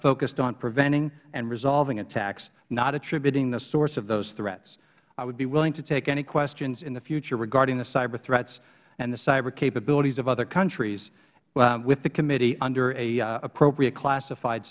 focused on preventing and resolving attacks not attributing the source of those threats i would be willing to take any questions in the future regarding the cyber threats and the cyber capabilities of our country with the committee under an appropriately classified